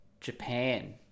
Japan